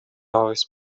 oes